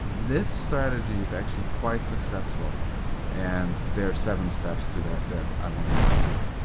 this strategy is actually quite successful and there are seven steps to that that i won't mention here. what!